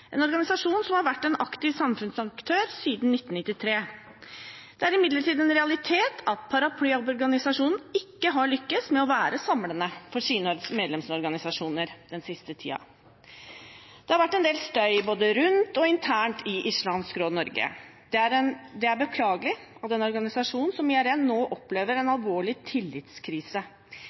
en organisasjon som har vært en aktiv samfunnsaktør siden 1993. Det er imidlertid en realitet at paraplyorganisasjonen ikke har lyktes med å være samlende for sine medlemsorganisasjoner den siste tiden. Det har vært en del støy både rundt og internt i Islamsk Råd Norge. Det er beklagelig at en organisasjon som IRN nå opplever en alvorlig tillitskrise.